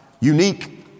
unique